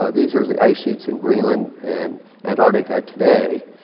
ah these are the ice sheets in greenland and antarctica today,